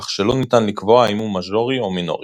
כך שלא ניתן לקבוע האם הוא מז'ורי או מינורי.